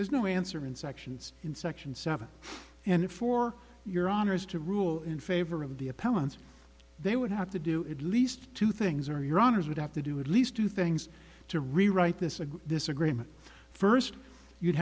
there's no answer in sections in section seven and for your honour's to rule in favor of the appellant's they would have to do it least two things are your honour's would have to do at least two things to rewrite this disagreement first you'd